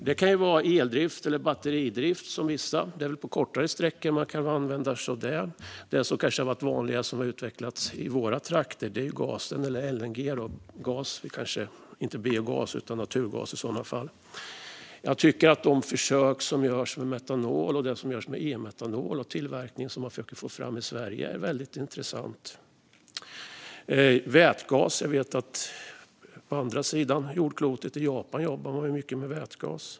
Det kan vara eldrift eller batteridrift som man kan använda på kortare sträckor. Det som kanske har varit vanligast och som har utvecklats i våra trakter är gas eller LNG. Det är inte biogas utan naturgas i sådana fall. De försök som görs med metanol och e-metanol och att få fram tillverkning i Sverige är väldigt intressanta. Det handlar också om vätgas. Jag vet att man på andra sidan jordklotet i Japan jobbar mycket med vätgas.